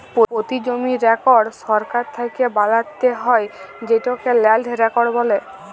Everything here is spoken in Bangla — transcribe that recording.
পতি জমির রেকড় সরকার থ্যাকে বালাত্যে হয় যেটকে ল্যান্ড রেকড় বলে